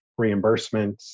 reimbursements